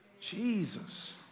Jesus